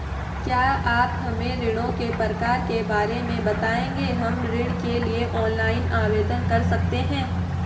क्या आप हमें ऋणों के प्रकार के बारे में बताएँगे हम ऋण के लिए ऑनलाइन आवेदन कर सकते हैं?